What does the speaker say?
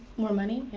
more money.